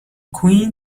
queen